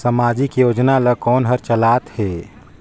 समाजिक योजना ला कोन हर चलाथ हे?